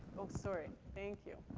oh, sorry. thank you.